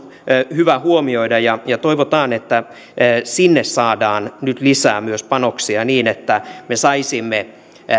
hyvä huomioida ja ja toivotaan että myös sinne saadaan nyt lisää panoksia niin että me saisimme